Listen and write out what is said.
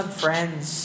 friends